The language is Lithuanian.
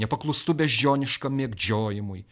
nepaklustu beždžioniškam medžiojimui